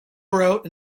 wrote